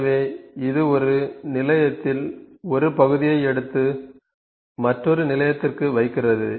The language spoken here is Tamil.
எனவே இது ஒரு நிலையத்தில் ஒரு பகுதியை எடுத்து மற்றொரு நிலையத்திற்கு வைக்கிறது